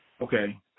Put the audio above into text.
okay